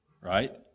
Right